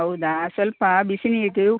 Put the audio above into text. ಹೌದಾ ಸ್ವಲ್ಪ ಬಿಸಿನೀರಿಗೆ